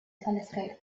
telescope